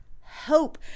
Hope